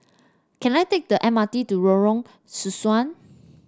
can I take the M R T to Lorong Sesuai